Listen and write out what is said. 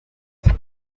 ufite